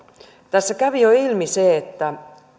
tässä kävi jo ilmi se että